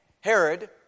Herod